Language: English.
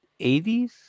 80s